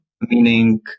meaning